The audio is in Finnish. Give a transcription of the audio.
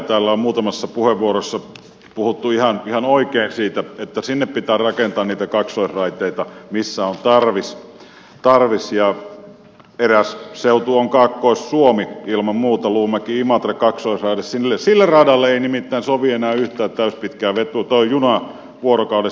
täällä on muutamassa puheenvuorossa puhuttu ihan oikein siitä että niitä kaksoisraiteita pitää rakentaa sinne missä on tarvis ja eräs seutu on kaakkois suomi ilman muuta luumäkiimatra kaksoisraide sille radalle ei nimittäin sovi enää yhtään täyspitkää junaa vuorokaudessa lisää